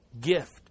gift